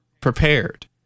Prepared